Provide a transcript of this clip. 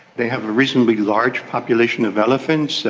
they have a reasonably large population of elephants,